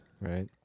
Right